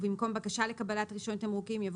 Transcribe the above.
ובמקום "בבקשה לקבלת רישיון תמרוקים" יבוא